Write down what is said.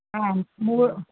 మూడు